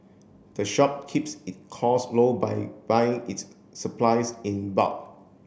the shop keeps it cost low by buying its supplies in bulk